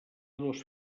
dos